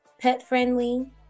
Pet-friendly